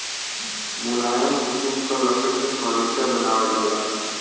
मुलायम किसिम क लकड़ी से फर्नीचर बनावल जाला